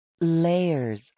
layers